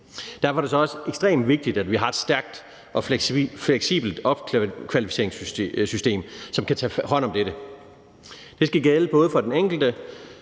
Derfor er det så også ekstremt vigtigt, at vi har et stærkt og fleksibelt opkvalificeringssystem, som kan tage hånd om dette. Det skal gælde både for den enkelte,